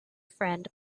friend